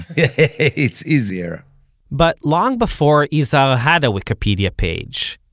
yeah it's easier but long before izhar had a wikipedia page,